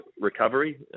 recovery